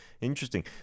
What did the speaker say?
Interesting